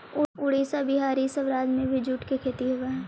उड़ीसा, बिहार, इ सब राज्य में भी जूट के खेती होवऽ हई